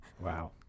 Wow